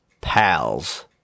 pals